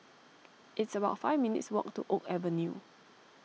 it's about five minutes' walk to Oak Avenue